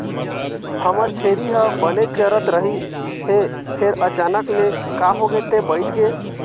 हमर छेरी ह बने चरत रहिस हे फेर अचानक ले का होगे ते बइठ गे